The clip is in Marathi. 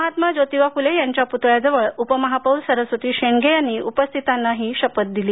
महात्मा ज्योतिबा फुले यांच्या पुतळ्याजवळ उपमहापौर सरस्वती शेंडगे यांनी उपस्थितांना शपथ दिली